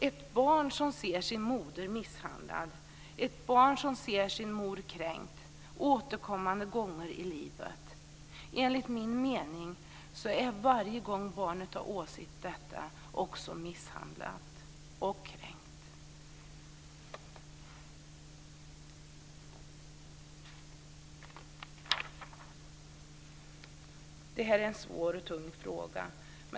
Enligt min mening misshandlas och kränks ett barn som återkommande gånger i livet åser att dess moder misshandlas och kränks varje gång som det sker. Det här är en svår och tung fråga.